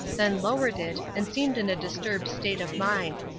then lowered it, and seemed in a disturbed state of mind.